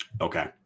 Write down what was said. okay